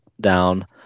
down